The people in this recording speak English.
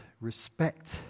respect